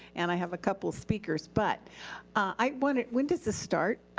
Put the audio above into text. and i have a couple speakers, but i wonder when does this start?